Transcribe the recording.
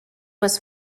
was